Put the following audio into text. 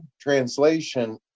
translation